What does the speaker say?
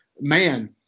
man